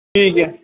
جی جی